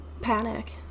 Panic